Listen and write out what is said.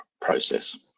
process